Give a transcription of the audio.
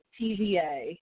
TVA